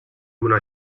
una